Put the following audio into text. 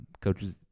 Coaches